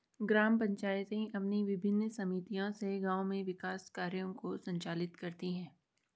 ग्राम पंचायतें अपनी विभिन्न समितियों से गाँव में विकास कार्यों को संचालित करती हैं